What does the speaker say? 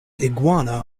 iguana